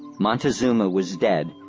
montezuma was dead,